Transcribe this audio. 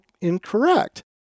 incorrect